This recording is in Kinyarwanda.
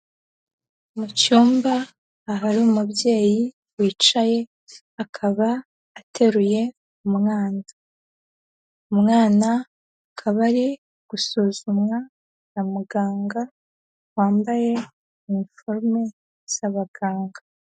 Mu cyumba ahari umubyeyi wicaye akaba ateruye umwana, umwana akaba ari gusuzumwa na muganga wambaye iniforume z'abaganga.